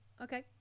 okay